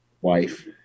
wife